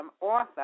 author